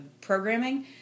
programming